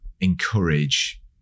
encourage